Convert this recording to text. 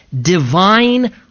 divine